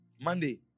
Monday